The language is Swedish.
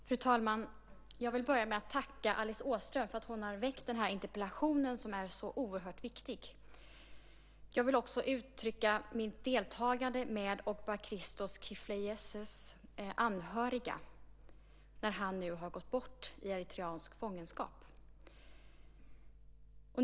Fru talman! Jag vill börja med att tacka Alice Åström för att hon har väckt den här interpellationen som är så oerhört viktig. Jag vill också uttrycka mitt deltagande med Ogbachristos Kifleyesus anhöriga, när han nu har gått bort i eritreansk fångenskap.